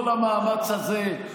כל המאמץ הזה,